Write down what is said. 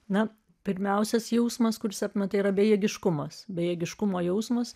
na pirmiausias jausmas kuris apima tai yra bejėgiškumas bejėgiškumo jausmas